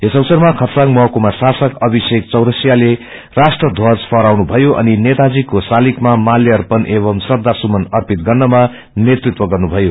यस अवसरमा खरसाङ महकृमा शासक अभिषेक चौरसियाले राष्ट्र ध्वज फहराउनुभयो अनि नेताजीको शालिंगमा माल्याप्रण एवंम श्रदासुमन अर्पित गन्नमा नेतृत्व गर्नुभयो